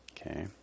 Okay